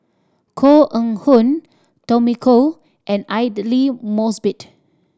Koh Eng Hoon Tommy Koh and Aidli Mosbit